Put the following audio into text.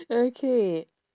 okay